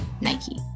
Nike